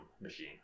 machine